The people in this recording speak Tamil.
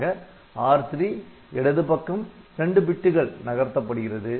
ஆக R3 இடது பக்கம் இரண்டு பிட்டுகள் நகர்த்தப்படுகிறது